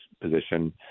position